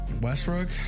Westbrook